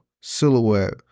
silhouette